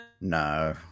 No